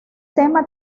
tema